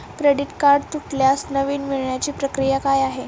Credit card तुटल्यास नवीन मिळवण्याची प्रक्रिया काय आहे?